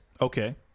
Okay